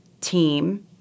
team